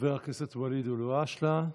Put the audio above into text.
חבר הכנסת ואליד אלהואשלה,